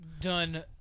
done